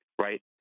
right